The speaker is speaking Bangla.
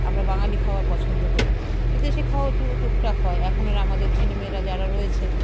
আমরা বাঙালি খাওয়া পছন্দ করি বিদেশি খাওয়াও টু টুকটাক হয় এখন আর আমাদের ছেলেমেয়েরা যারা রয়েছে